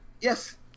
Yes